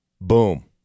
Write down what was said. boom